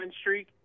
streak